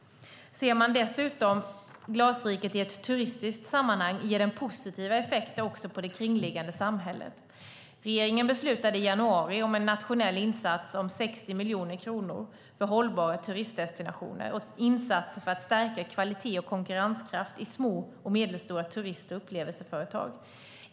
Ser man dessutom Glasriket i ett turistiskt sammanhang ger den positiva effekter också på det kringliggande samhället. Regeringen beslutade i januari om en nationell insats om 60 miljoner kronor för hållbara turistdestinationer och insatser för att stärka kvalitet och konkurrenskraft i små och medelstora turist och upplevelseföretag.